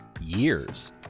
years